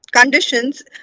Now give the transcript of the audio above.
conditions